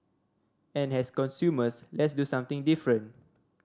and as consumers let's do something different